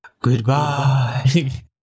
Goodbye